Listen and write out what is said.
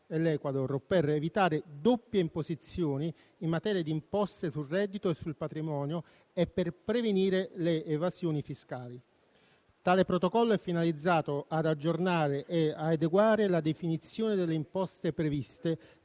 l'Ecuador per evitare le doppie imposizioni in materia di imposte sul reddito e sul patrimonio e per prevenire le evasioni fiscali. Tale Protocollo è finalizzato ad aggiornare e ad adeguare la definizione delle imposte previste